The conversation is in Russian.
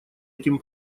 этим